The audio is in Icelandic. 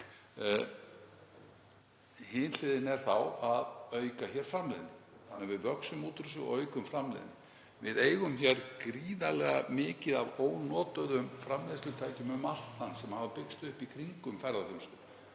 hliðin er þá að auka hér framleiðni, þannig við vöxum út úr kreppunni og aukum framleiðni. Við eigum gríðarlega mikið af ónotuðum framleiðslutækjum um allt land sem hafa byggst upp í kringum ferðaþjónustuna,